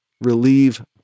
relieve